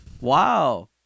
wow